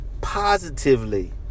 positively